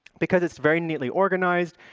because it's very neatly organized,